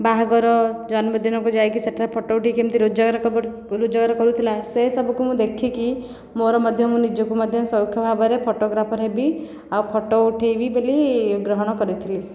ବାହାଘର ଜନ୍ମଦିନକୁ ଯାଇକି ସେଠାରେ ଫଟୋ ଉଠାଇକି କେମିତି ରୋଜଗାର ରୋଜଗାର କରୁଥିଲା ସେ ସବୁକୁ ମୁଁ ଦେଖିକି ମୋର ମଧ୍ୟ ମୁଁ ନିଜକୁ ମଧ୍ୟ ସଉକ ଭାବରେ ଫଟୋଗ୍ରାଫର ହେବି ଆଉ ଫଟୋ ଉଠାଇବି ବୋଲି ଗ୍ରହଣ କରିଥିଲି